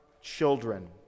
children